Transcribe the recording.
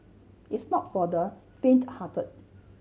it's not for the fainthearted